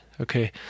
Okay